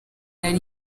ari